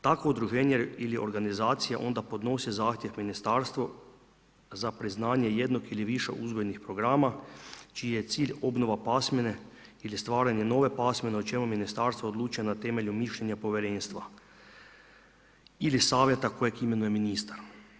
Takvo udruženje ili organizacija onda podnosi zahtjev Ministarstvu za priznanje jednog ili više uzgojnih programa čiji je cilj obnova pasmine ili stvaranje nove pasmine, o čemu Ministarstvo odlučuje na temelju mišljenja povjerenstva ili savjeta kojeg imenuje ministar.